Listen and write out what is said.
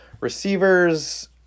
Receivers